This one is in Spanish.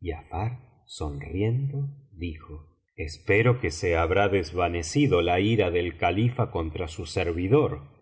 giafar sonriendo dijo espero que se habrá desvanecido la ira del califa contra su servidor y